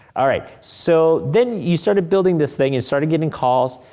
all right, so, then you started building this thing and started getting calls,